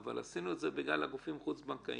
אבל עשינו את זה בגלל הגופים החוץ-בנקאיים,